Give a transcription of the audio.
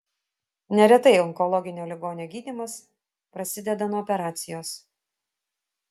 neretai onkologinio ligonio gydymas prasideda nuo operacijos